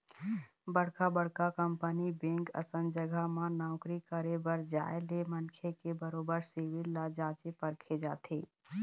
बड़का बड़का company bank असन जघा म नौकरी करे बर जाय ले मनखे के बरोबर सिविल ल जाँचे परखे जाथे